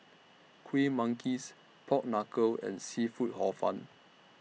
Kuih Manggis Pork Knuckle and Seafood Hor Fun